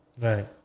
right